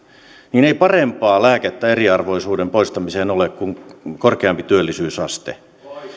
niin parempaa lääkettä eriarvoisuuden poistamiseen ei ole kuin korkeampi työllisyysaste